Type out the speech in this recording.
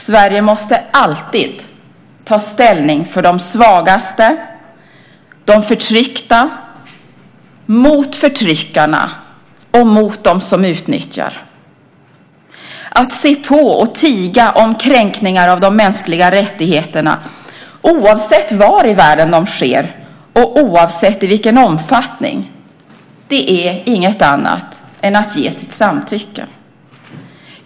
Sverige måste alltid ta ställning för de svagaste och de förtryckta mot förtryckarna och dem som utnyttjar. Att se på och tiga om kränkningar av de mänskliga rättigheterna, oavsett var i världen de sker och oavsett i vilken omfattning, är inget annat än att ge sitt samtycke.